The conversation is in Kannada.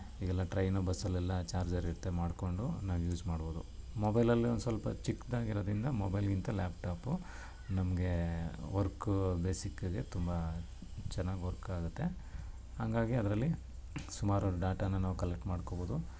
ಈಗೆಲ್ಲ ಟ್ರೈನು ಬಸ್ಸಲ್ಲೆಲ್ಲ ಚಾರ್ಜರ್ ಇರುತ್ತೆ ಮಾಡಿಕೊಂಡು ನಾವು ಯೂಸ್ ಮಾಡ್ಬೋದು ಮೊಬೈಲಲ್ಲಿ ಒಂದು ಸ್ವಲ್ಪ ಚಿಕ್ಕದಾಗಿರೋದ್ರಿಂದ ಮೊಬೈಲಿಗಿಂತ ಲ್ಯಾಪ್ಟಾಪು ನಮಗೆ ವರ್ಕೂ ಬೇಸಿಕ್ಕಗೆ ತುಂಬ ಚೆನ್ನಾಗ್ ವರ್ಕ್ ಆಗುತ್ತೆ ಹಾಗಾಗಿ ಅದ್ರಲ್ಲಿ ಸುಮಾರು ಡಾಟಾನ ನಾವು ಕಲೆಕ್ಟ್ ಮಾಡ್ಕೋಬೋದು